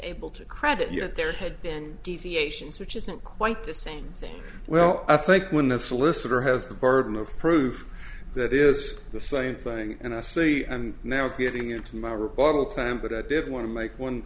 able to credit yet there had been deviations which isn't quite the same thing well i think when the solicitor has the burden of proof that is the same thing and i see and now getting into my rebuttal time but i did want to make one